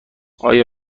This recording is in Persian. آیا